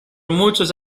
muchos